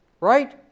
Right